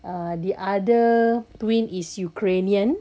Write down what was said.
uh the other twin his ukrainian